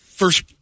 First